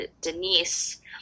Denise